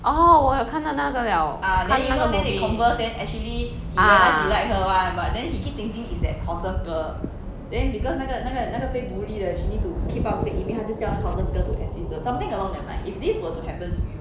orh 我有看到那个了看那个 movie ah